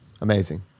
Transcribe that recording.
Amazing